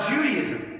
Judaism